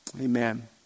Amen